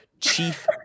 Chief